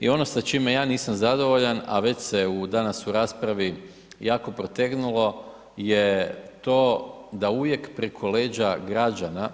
I ono sa čime ja nisam zadovoljan a već se danas u raspravi jako protegnulo je to da uvijek preko leđa građana